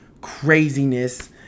craziness